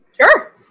Sure